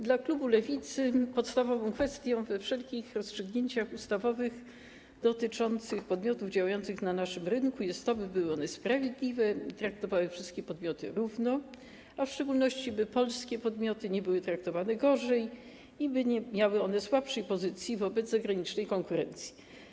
Dla klubu Lewicy podstawową kwestią we wszelkich rozstrzygnięciach ustawowych dotyczących podmiotów działających na naszym rynku jest to, by były one sprawiedliwe i traktowały wszystkie podmioty równo, a w szczególności by polskie podmioty nie były traktowane gorzej i by nie miały one słabszej pozycji wobec zagranicznej konkurencji.